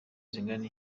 zingana